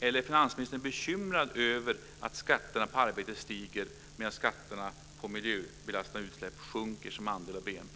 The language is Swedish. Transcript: Eller är finansministern bekymrad över att skatterna på arbete stiger medan skatterna på miljöbelastande utsläpp sjunker som andel av BNP?